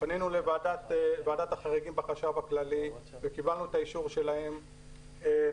ופנינו לוועדת החריגים בחשב הכללי וקיבלנו את האישור שלה ואנחנו